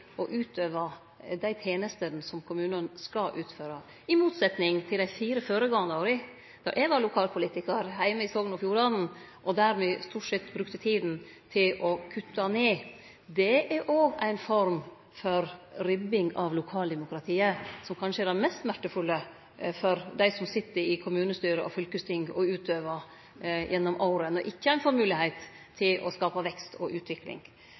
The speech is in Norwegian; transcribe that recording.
å utøve dei tenestene som kommunane skal utføre – i motsetjing til dei fire føregåande åra, då eg var lokalpolitikar heime i Sogn og Fjordane og me stort sett brukte tida til å kutte. Det er òg ei form for ribbing av lokaldemokratiet, og som kanskje er den mest smertefulle for dei som gjennom året sit i kommunestyre og fylkesting og utøvar, når dei ikkje får moglegheit til å skape vekst og utvikling.